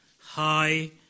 high